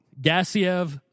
Gassiev